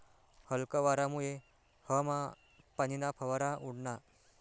हलका वारामुये हवामा पाणीना फवारा उडना